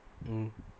mm